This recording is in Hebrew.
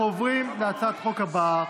אנחנו עוברים להצעת החוק הבאה,